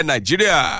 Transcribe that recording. Nigeria